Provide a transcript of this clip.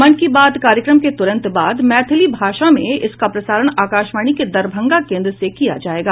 मन की बात कार्यक्रम के तुरंत बाद मैथिली भाषा में इसका प्रसारण आकाशवाणी के दरभंगा केन्द्र से किया जायेगा